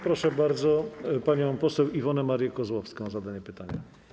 Proszę bardzo panią poseł Iwonę Marię Kozłowską o zadanie pytania.